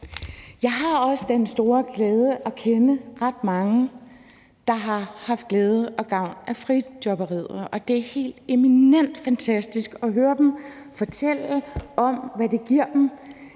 Jeg har også den store glæde at kende ret mange, der har haft glæde og gavn af frijobberiet, og det er helt eminent fantastisk at høre dem fortælle om, hvad det giver dem